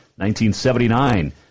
1979